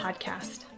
podcast